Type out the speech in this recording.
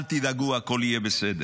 אל תדאגו, הכול יהיה בסדר.